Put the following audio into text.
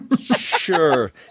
sure